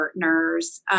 partners